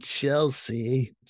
Chelsea